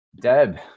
Deb